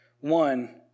one